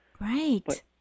Right